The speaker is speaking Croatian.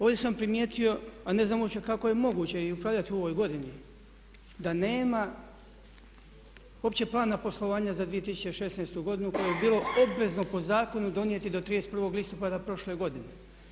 Ovdje sam primijetio, a ne znam uopće kako je moguće i upravljati u ovoj godini, da nema uopće Plana poslovanja za 2016. godinu koje je bilo obvezno po zakonu donijeti do 31. listopada prošle godine.